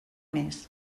més